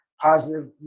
Positive